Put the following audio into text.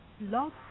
Love